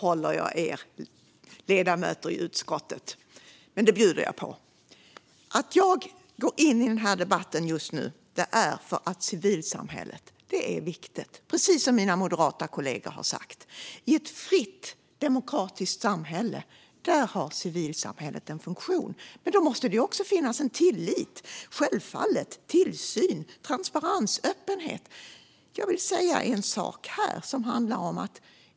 Fru talman! Att jag går in i den här debatten just nu beror på att civilsamhället är viktigt, precis som mina moderata kollegor har sagt. I ett fritt, demokratiskt samhälle har civilsamhället en funktion. Men då måste det också finnas tillit, tillsyn, transparens och öppenhet.